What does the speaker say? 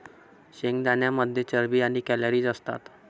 शेंगदाण्यांमध्ये चरबी आणि कॅलरीज असतात